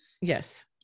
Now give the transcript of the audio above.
Yes